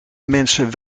mensen